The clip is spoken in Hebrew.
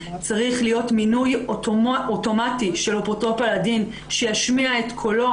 צריך להיות מינוי אוטומטי של אפוטרופוס לדין שישמיע את קולו.